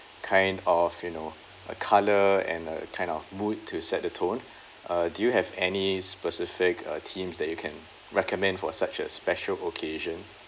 kind of you know a colour and a kind of mood to set the tone uh do you have any specific uh themes that you can recommend for such a special occasion